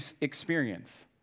experience